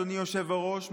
אדוני היושב-ראש,